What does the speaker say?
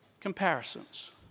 Comparisons